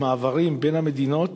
בבעיות במעברים בין המדינות,